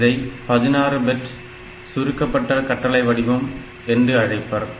இதை 16 பிட் சுருக்கப்பட்ட கட்டளை வடிவம் என்றும் அழைப்பர்